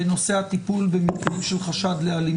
בנושא הטיפול במקרים של חשד לאלימות.